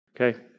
okay